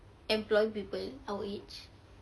employ people our age